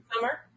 summer